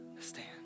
stand